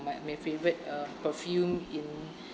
my my favourite uh perfume in